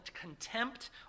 contempt